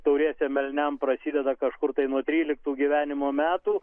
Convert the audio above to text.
tauriesiems elniams prasideda kažkur tai nuo tryliktų gyvenimo metų